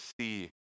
see